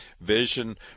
vision